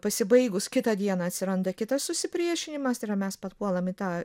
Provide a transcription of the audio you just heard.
pasibaigus kitą dieną atsiranda kitas susipriešinimas ir mes papuolam į tą